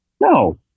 No